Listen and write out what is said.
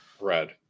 red